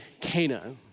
Cana